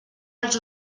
als